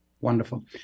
Wonderful